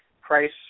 Price